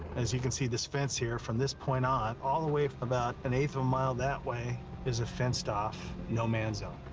as you can see this fence here, from this point on, all the way for about an eighth of a mile that way is a fenced-off no-man zone,